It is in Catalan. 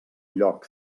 lloc